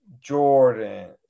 Jordan